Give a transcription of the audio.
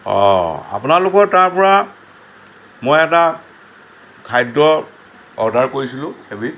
অঁ আপোনালোকৰ তাৰপৰা মই এটা খাদ্য অৰ্ডাৰ কৰিছিলো এবিধ